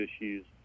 issues